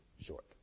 short